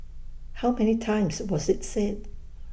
how many times was IT said